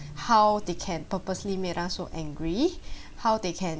how they can purposely make us so angry how they can